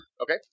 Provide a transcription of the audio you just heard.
Okay